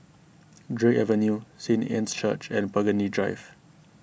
Drake Avenue Saint Anne's Church and Burgundy Drive